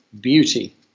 beauty